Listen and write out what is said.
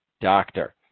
doctor